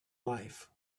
life